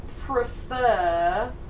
prefer